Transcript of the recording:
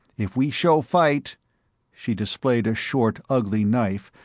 if we show fight she displayed a short ugly knife,